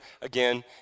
again